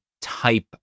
type